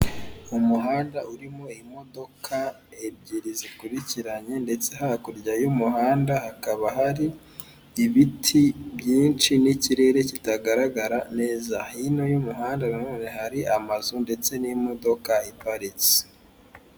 Umuhanda urimo imodoka ebyiri zikurikiranye ndetse hakurya y'umuhanda hakaba hari ibiti byinshi n'ikirere kitagaragara neza, hino y'umuhanda nanone hari amazu ndetse n'imodoka iparitse.